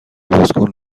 بازکن